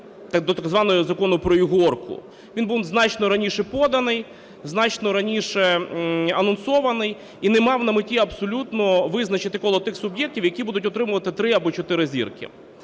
до так званого Закону про ігорку, він був значно раніше поданий, значно раніше анонсований і не мав на меті абсолютно визначити коло тих суб'єктів, які будуть отримувати 3 або 4 зірки.